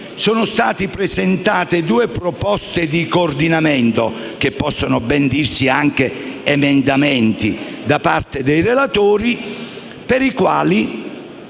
sono state presentate due proposte di coordinamento, che possono ben dirsi anche emendamenti, da parte dei relatori, per le quali